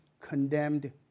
condemned